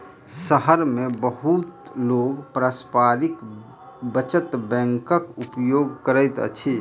शहर मे बहुत लोक पारस्परिक बचत बैंकक उपयोग करैत अछि